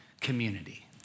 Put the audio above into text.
Community